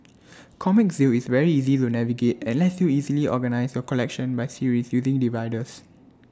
Comic Zeal is very easy to navigate and lets you easily organise your collection by series using dividers